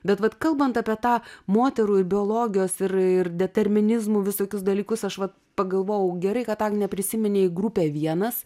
bet vat kalbant apie tą moterų ir biologijos ir ir determinizmų visokius dalykus aš vat pagalvojau gerai kad agne prisiminei grupę vienas